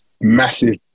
massive